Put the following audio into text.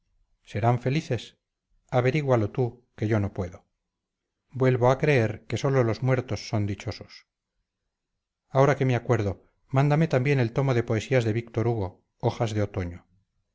serán felices averígualo tú que yo no puedo vuelvo a creer que sólo los muertos son dichosos ahora que me acuerdo mándame también el tomo de poesías de víctor hugo hojas de otoño